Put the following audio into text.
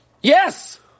Yes